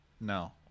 No